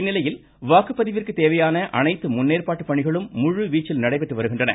இந்நிலையில் வாக்குப் பதிவிற்கு தேவையான அனைத்து முன்னேற்பாட்டு பணிகளும் முழுவீச்சில் நடைபெற்று வருகின்றன